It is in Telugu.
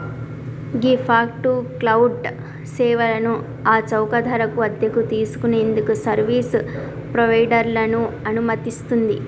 గీ ఫాగ్ టు క్లౌడ్ సేవలను ఆ చౌక ధరకు అద్దెకు తీసుకు నేందుకు సర్వీస్ ప్రొవైడర్లను అనుమతిస్తుంది